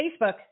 Facebook